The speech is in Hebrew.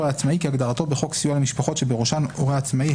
"הורה עצמאי" כהגדרתו בחוק סיוע למשפחות שבראשן הורה עצמאי,